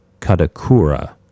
Kadakura